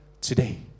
today